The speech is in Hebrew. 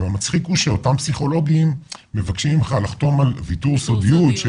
אבל המצחיק הוא שאותם פסיכולוגים מבקשים ממך לחתום על ויתור סודיות,